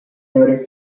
noticed